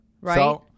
Right